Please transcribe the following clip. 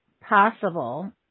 possible